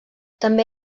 també